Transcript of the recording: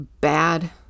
bad